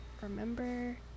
remember